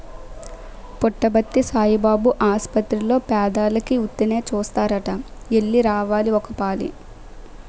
పుట్టపర్తి సాయిబాబు ఆసపత్తిర్లో పేదోలికి ఉత్తినే సూస్తారట ఎల్లి రావాలి ఒకపాలి